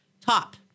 TOP